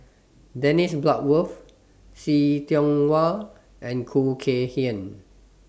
Dennis Bloodworth See Tiong Wah and Khoo Kay Hian